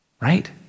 Right